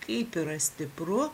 kaip yra stipru